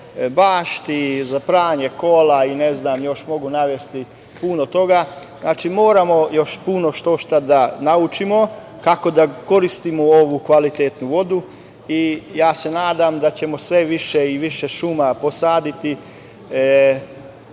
bašti, za pranje kola i ne znam, mogu još navesti puno toga. Znači, moramo još puno štošta da naučimo kako da koristimo ovu kvalitetnu vodu i ja se nadam da ćemo sve više i više šuma posaditi,